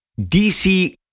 DC